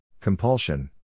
compulsion